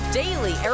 daily